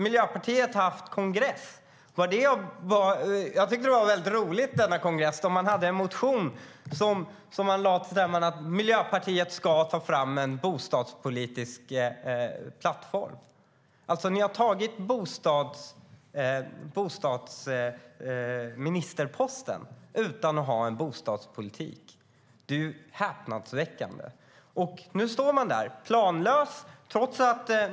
Miljöpartiet har haft kongress. Jag tyckte att det var väldigt roligt att man på denna kongress lade fram en motion om att Miljöpartiet ska ta fram en bostadspolitisk plattform. Ni har alltså tagit bostadsministerposten utan att ha en bostadspolitik. Det är ju häpnadsväckande. Och nu står ni där, planlösa.